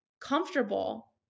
comfortable